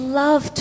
love